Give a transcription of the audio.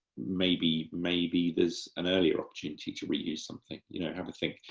maybe maybe there's an earlier opportunity to re-use something. you know have a think.